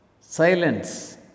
Silence